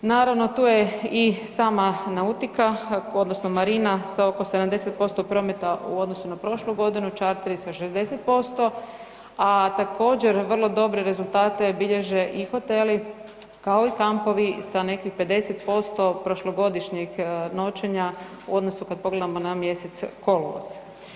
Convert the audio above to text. Naravno tu je i sama nautika odnosno marina sa oko 70% prometa u odnosu na prošlu godinu, čarteri sa 60%, a također vrlo dobre rezultate bilježe i hoteli kao i kampovi sa nekih 50% prošlogodišnjih noćenja u odnosu kada pogledamo na mjesec kolovoz.